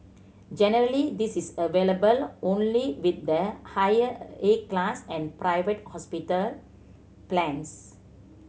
generally this is available only with the higher A class and private hospital plans